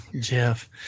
Jeff